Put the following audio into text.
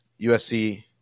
USC